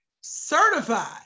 certified